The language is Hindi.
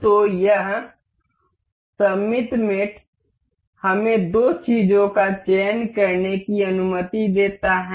तो यह सममित मेट हमें दो चीजों का चयन करने की अनुमति देता है